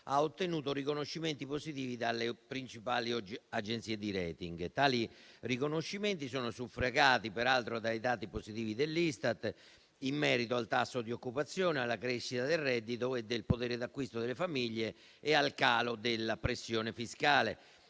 ha ottenuto riconoscimenti positivi dalle principali agenzie di *rating*. Tali riconoscimenti sono suffragati peraltro dai dati positivi dell'Istat in merito al tasso di occupazione, alla crescita del reddito e del potere d'acquisto delle famiglie e al calo della pressione fiscale.